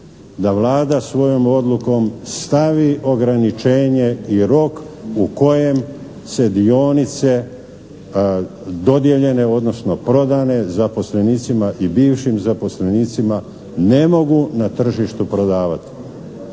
da Vlada svojom odlukom stavi ograničenje i rok u kojem se dionice dodijeljene odnosno prodane zaposlenicima i bivšim zaposlenicima ne mogu na tržištu prodavati.